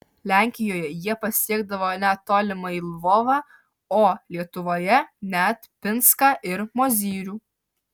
lenkijoje jie pasiekdavo net tolimąjį lvovą o lietuvoje net pinską ir mozyrių